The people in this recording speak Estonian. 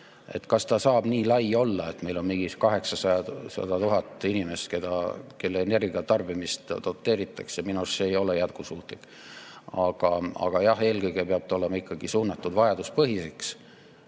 Kas ta saab nii lai olla, et meil on mingi 800 000 inimest, kelle energiatarbimist doteeritakse? Minu arust see ei ole jätkusuutlik. Aga jah, eelkõige peab ta olema vajaduspõhine.